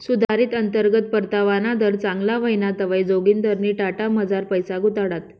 सुधारित अंतर्गत परतावाना दर चांगला व्हयना तवंय जोगिंदरनी टाटामझार पैसा गुताडात